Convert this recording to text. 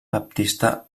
baptista